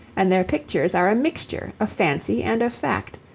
and their pictures are a mixture of fancy and of fact,